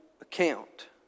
account